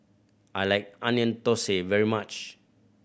I like Onion Thosai very much